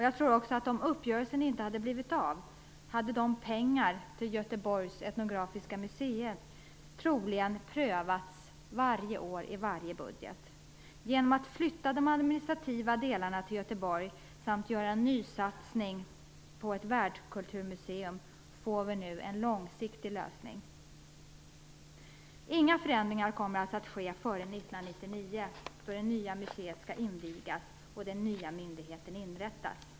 Jag tror också att om uppgörelsen inte hade blivit av hade pengarna till Göteborgs etnografiska museer troligen prövats varje år i varje budget. Genom att flytta de administrativa delarna till Göteborg och göra en nysatsning på ett världskulturmuseum får vi nu en långsiktig lösning. Inga förändringar kommer alltså att ske före 1999, då det nya museet skall invigas och den nya myndigheten inrättas.